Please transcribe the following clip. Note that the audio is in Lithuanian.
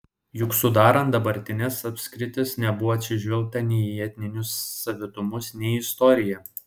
juk sudarant dabartines apskritis nebuvo atsižvelgta nei į etninius savitumus nei į istoriją